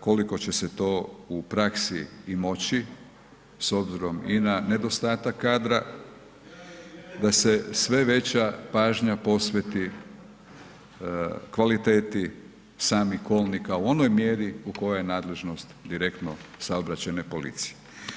koliko će se to u praksi i moći s obzirom i na nedostatak kadra da se sve veća pažnja posveti kvaliteti samih kolnika u onoj mjeri u kojoj je nadležnost direktno saobraćajne policije.